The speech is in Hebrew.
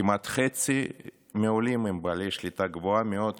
וכמעט חצי מהעולים הם בעלי שליטה גבוהה מאוד